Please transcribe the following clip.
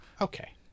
okay